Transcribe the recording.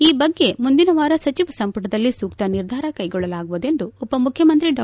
ಈ ಬಗ್ಗೆ ಮುಂದಿನ ವಾರ ಸಚಿವ ಸಂಪುಟದಲ್ಲಿ ಸೂಕ್ತ ನಿರ್ಧಾರ ಕೈಗೊಳ್ಳಲಾಗುವುದು ಎಂದು ಉಪಮುಖ್ಯಮಂತ್ರಿ ಡಾ